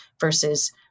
versus